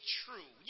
true